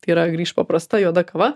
tai yra grįš paprasta juoda kava